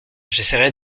j’essaierai